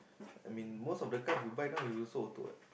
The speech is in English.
I mean most of the cars you buy now you also auto what